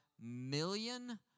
million